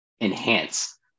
enhance